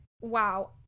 Wow